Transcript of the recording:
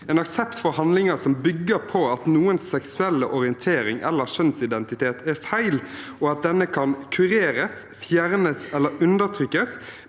En aksept for handlinger som bygger på at noens seksuelle orientering eller kjønnsidentitet er feil, og at denne kan kureres, fjernes eller undertrykkes,